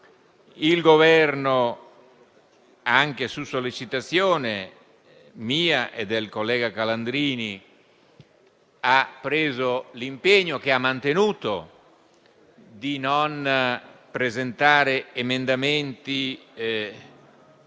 Il Governo, anche su sollecitazione mia e del collega senatore Calandrini, ha preso l'impegno, che ha poi mantenuto, di non presentare emendamenti